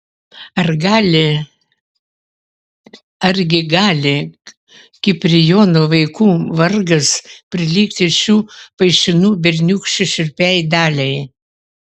ar gali argi gali kiprijono vaikų vargas prilygti šių paišinų berniūkščių šiurpiai daliai